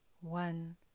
one